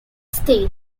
states